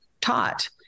taught